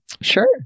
sure